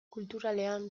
kulturalean